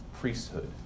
priesthood